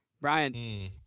Brian